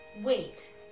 wait